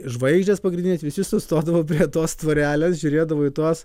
žvaigždės pagrindinės visi sustodavo prie tos tvorelės žiūrėdavo į tuos